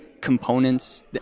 components